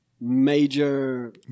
major